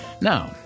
Now